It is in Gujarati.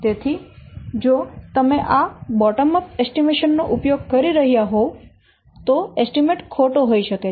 તેથી જો તમે આ બોટમ અપ અંદાજ નો ઉપયોગ કરી રહ્યા હોવ તો અંદાજ ખોટો હોઈ શકે છે